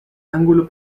ángulo